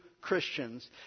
Christians